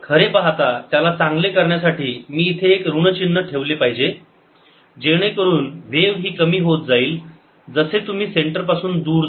खरे पाहता त्याला चांगले करण्यासाठी मी इथे एक ऋण चिन्ह ठेवले पाहिजे Aexp kx vt2 जेणेकरून व्हेव ही कमी होत जाईल जसे तुम्ही सेंटर पासून दूर जाल